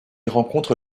rencontre